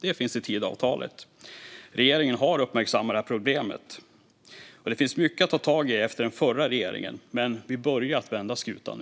Det finns med i Tidöavtalet. Regeringen har uppmärksammat problemet. Det finns mycket att ta tag i efter den förra regeringen. Men nu har vi börjat vända skutan.